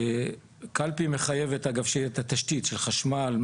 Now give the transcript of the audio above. קלפי מחייבת אגב שיהיה את התשתית של חשמל,